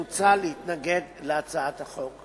מוצע להתנגד להצעת החוק.